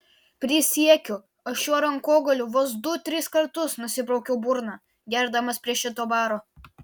prisiekiu aš šiuo rankogaliu vos du tris kartus nusibraukiau burną gerdamas prie šito baro